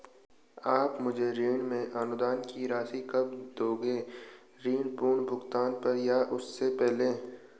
आप मुझे ऋण में अनुदान की राशि कब दोगे ऋण पूर्ण भुगतान पर या उससे पहले?